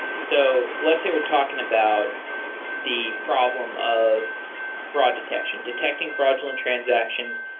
so, let's say we're talking about the problem of fraud detection, detecting fraudulent transactions.